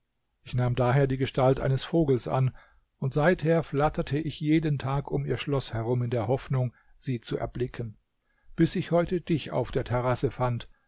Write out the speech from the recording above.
ich nahm daher die gestalt eines vogels an und seither flatterte ich jeden tag um ihr schloß herum in der hoffnung sie zu erblicken bis ich heute dich auf der terrasse fand